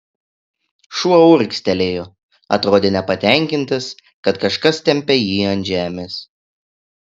šuo urgztelėjo atrodė nepatenkintas kad kažkas tempia jį ant žemės